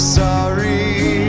sorry